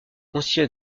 constitué